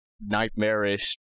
nightmarish